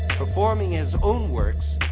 performing his own works.